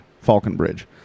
Falconbridge